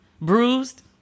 Bruised